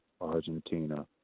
Argentina